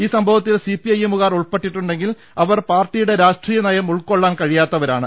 ഈ സംഭവത്തിൽ സിപിഐഎമ്മുകാർ ഉൾപ്പെട്ടിട്ടുണ്ടെങ്കിൽ അവർ പാർട്ടിയുടെ രാഷ്ട്രീയ നയം ഉൾക്കൊ ള്ളാൻ കഴിയാത്തവാണ്